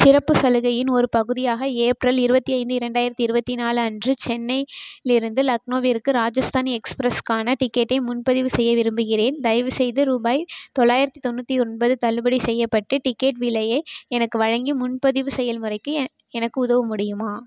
சிறப்புச் சலுகையின் ஒரு பகுதியாக ஏப்ரல் இருபத்தி ஐந்து இரண்டாயிரத்தி இருபத்தி நாலு அன்று சென்னையி லிருந்து லக்னோவிற்கு ராஜஸ்தானி எக்ஸ்பிரஸ்க்கான டிக்கெட்டை முன்பதிவு செய்ய விரும்புகிறேன் தயவு செய்து ரூபாய் தொள்ளாயிரத்தி தொண்ணூற்றி ஒன்பது தள்ளுபடி செய்யப்பட்ட டிக்கெட் விலையை எனக்கு வழங்கி முன்பதிவு செயல்முறைக்கு ஏ எனக்கு உதவ முடியுமா